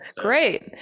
Great